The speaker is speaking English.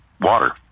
water